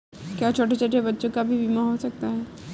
क्या छोटे छोटे बच्चों का भी बीमा हो सकता है?